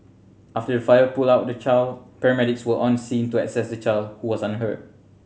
after the father pulled out the child paramedics were on scene to assess the child who was unhurt